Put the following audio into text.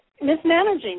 mismanaging